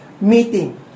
meeting